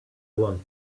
want